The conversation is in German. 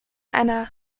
einer